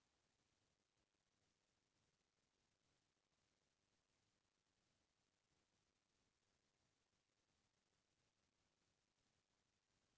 कोनो मनसे के गारंटर बने के बाद होथे ये के जेन मनसे ह करजा ल नइ छूट पावय त बेंक ह गारंटर ल पकड़थे